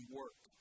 work